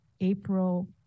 April